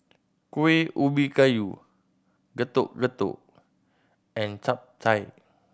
Kuih Ubi Kayu Getuk Getuk and Chap Chai